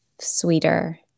sweeter